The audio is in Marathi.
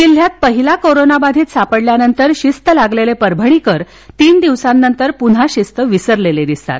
जिल्ह्यात पहिला कोरोनाबाधित सापडल्यानंतर शिस्त लागलेले परभणीकर तीन दिवसानंतर पुन्हा शिस्त विसरलेले दिसतात